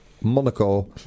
Monaco